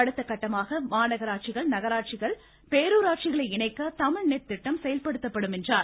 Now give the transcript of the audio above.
அடுத்தகட்டமாக மாநகராட்சிகள் நகராட்சிகள் பேருராட்சிகளை இணைக்க தமிழ் நெட் திட்டம் செயல்படுத்தப்படும் என்றார்